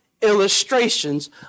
illustrations